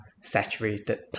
saturated